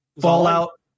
Fallout